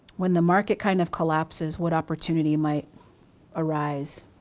when the market kind of collapses what opportunity might arise?